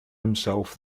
himself